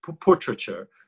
portraiture